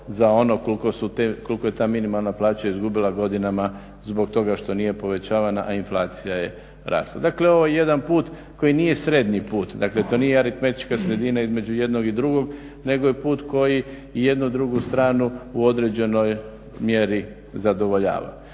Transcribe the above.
za ono koliko je ta minimalna plaća izgubila godinama zbog toga što nije povećavana, a inflacija je rasla. Dakle, ovo je jedan put koji nije srednji put, dakle to nije aritmetička sredina između jednog i drugog nego je put koji i jednu i drugu stranu u određenoj mjeri zadovoljava.